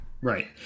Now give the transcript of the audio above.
right